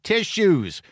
Tissues